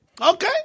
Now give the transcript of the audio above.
Okay